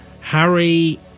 Harry